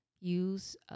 use